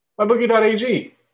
MyBookie.ag